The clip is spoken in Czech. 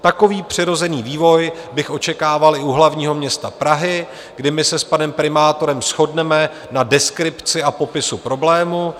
Takový přirozený vývoj bych očekával i u hlavního města Prahy, kdy my se s panem primátorem shodneme na deskripci a popisu problému.